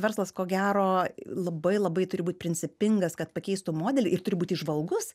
verslas ko gero labai labai turi būti principingas kad pakeistų modelį ir turi būti įžvalgus